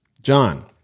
John